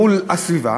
מול הסביבה,